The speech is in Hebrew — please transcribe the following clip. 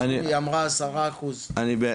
היא אמרה 10%. זה לדורות הבאים?